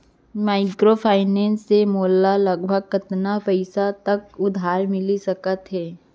Microfinance से मोला लगभग कतना पइसा तक उधार मिलिस सकत हे?